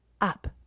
up